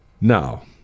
Now